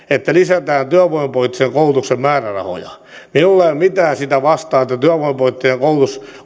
että lisätään työvoimapoliittisen koulutuksen määrärahoja minulla ei ole mitään sitä vastaan työvoimapoliittinen koulutus